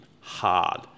hard